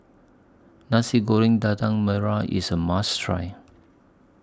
Nasi Goreng Daging Merah IS A must Try